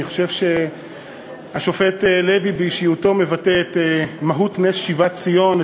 אני חושב שהשופט לוי ביטא באישיותו את מהות נס שיבת ציון,